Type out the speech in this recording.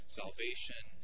salvation